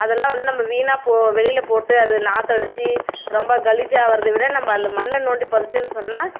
அதெல்லாம் வந்து நம்ம வீணாப்போ வெளியில போட்டு அது நாற்றம் அடித்து ரொம்ப கலீஜாக ஆகுறத விட நம்ம அந்த மண்ணை தோண்டி புதச்சோன்னு சொன்னால்